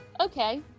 Okay